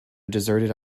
deserted